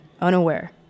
unaware